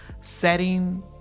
setting